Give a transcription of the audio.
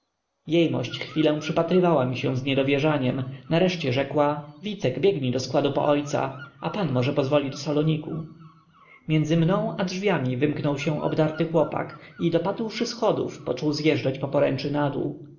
jejmość chwilę przypatrywała mi się z niedowierzaniem nareszcie rzekła wicek biegnij do składu po ojca a pan może pozwoli do saloniku między mną i drzwiami wymknął się obdarty chłopak i dopadłszy schodów począł zjeżdżać na poręczy na dół